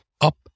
up